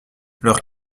leurs